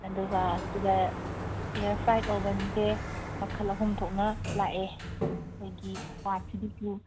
ꯑꯗꯨꯒ ꯑꯁꯤꯗ ꯏꯌꯥꯔ ꯐ꯭ꯔꯥꯏꯗ ꯑꯣꯕꯟꯁꯦ ꯃꯈꯜ ꯑꯍꯨꯝ ꯊꯣꯛꯅ ꯂꯥꯛꯑꯦ ꯑꯩꯈꯣꯏꯒꯤ ꯋꯥꯠꯁꯤꯗꯁꯨ